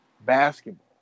basketball